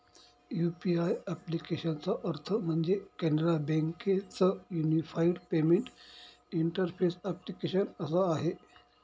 UPI ॲप्लिकेशनचा अर्थ म्हणजे, कॅनरा बँके च युनिफाईड पेमेंट इंटरफेस ॲप्लीकेशन असा आहे